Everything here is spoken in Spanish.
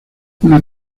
una